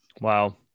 Wow